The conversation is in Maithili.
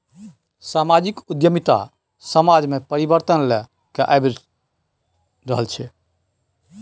समाजिक उद्यमिता समाज मे परिबर्तन लए कए आबि रहल छै